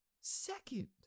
Second